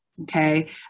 Okay